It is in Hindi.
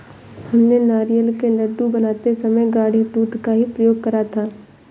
हमने नारियल के लड्डू बनाते समय गाढ़े दूध का ही प्रयोग करा था